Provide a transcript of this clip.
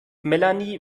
melanie